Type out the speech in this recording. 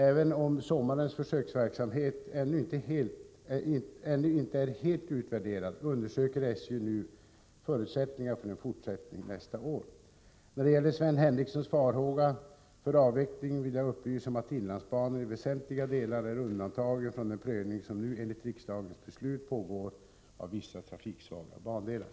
Även om sommarens försöksverksamhet ännu inte är helt utvärderad undersöker SJ nu förutsättningarna för en fortsättning nästa år. När det gäller Sven Henricssons farhåga för avveckling vill jag upplysa om att inlandsbanan i väsentliga delar är undantagen från den prövning som nu enligt riksdagens beslut pågår av vissa trafiksvaga bandelar.